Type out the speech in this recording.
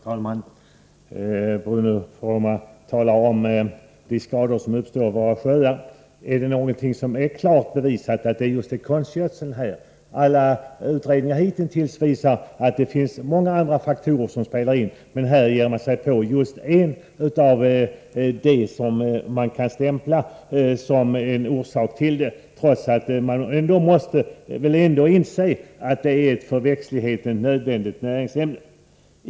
Herr talman! Bruno Poromaa talar om de skador som uppstår i våra sjöar. Är det klart bevisat att dessa skador just beror på konstgödseln? Alla utredningar som gjorts hitintills visar att det finns många andra faktorer som spelar in. Men här ger man sig på just konstgödseln och stämplar den som orsak till skadorna, trots att man måste inse att den är ett för växtligheten nödvändigt näringsämne.